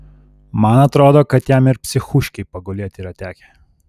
man atrodo kad jam ir psichūškėj pagulėt yra tekę